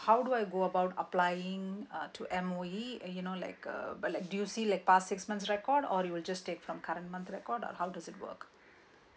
how do I go about applying uh to M_O_E uh you know like uh do you see like past six months record or you will just take from current month record how does it work